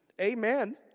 Amen